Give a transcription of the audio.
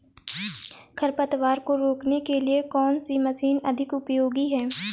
खरपतवार को रोकने के लिए कौन सी मशीन अधिक उपयोगी है?